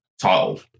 title